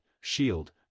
shield